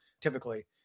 typically